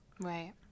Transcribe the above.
Right